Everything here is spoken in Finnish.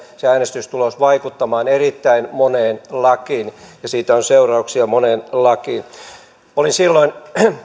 se äänestystulos tulee vaikuttamaan erittäin moneen lakiin siitä on seurauksia moneen lakiin olin silloin